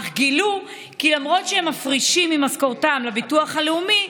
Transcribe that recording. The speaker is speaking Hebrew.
אך גילו כי למרות שהם מפרישים ממשכורתם לביטוח הלאומי,